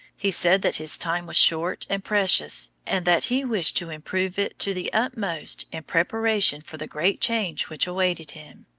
he said that his time was short and precious, and that he wished to improve it to the utmost in preparation for the great change which awaited him.